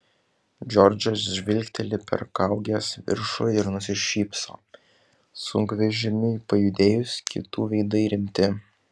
džordžas žvilgteli per kaugės viršų ir nusišypso sunkvežimiui pajudėjus kitų veidai rimti